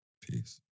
Peace